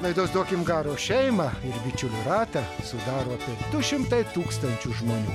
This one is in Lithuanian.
laidos duokim garo šeimą ir bičiulių ratą sudaro apie du šimtai tūkstančių žmonių